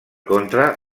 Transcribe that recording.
contra